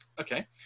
okay